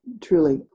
Truly